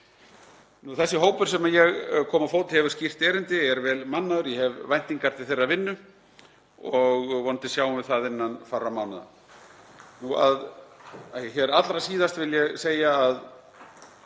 Þessi hópur sem ég kom á fót hefur skýrt erindi, er vel mannaður og ég hef væntingar til þeirrar vinnu og vonandi sjáum við það innan fárra mánaða. Hér allra síðast vil ég segja að